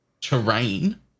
terrain